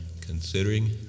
considering